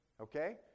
Okay